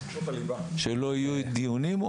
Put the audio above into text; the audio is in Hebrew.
שלא יהיו דיונים?